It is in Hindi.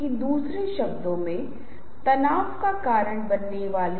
यह सभी के लिए एक अलग रणनीति है